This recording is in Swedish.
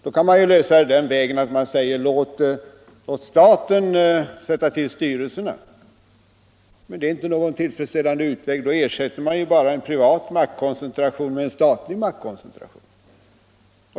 Då vill man kanske lösa problemet genom att säga: Låt staten sätta till styrelserna! Men det är inte någon tillfredsställande utväg — då ersätter man ju bara en privat maktkoncentration med en statlig maktkoncentration.